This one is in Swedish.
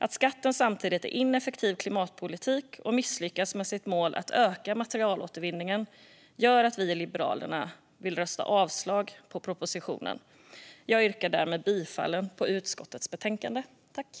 Att skatten samtidigt är ineffektiv klimatpolitik och misslyckas när det gäller målet att öka materialåtervinningen gör att vi i Liberalerna röstar för avslag på propositionen. Jag yrkar därmed bifall till utskottets förslag.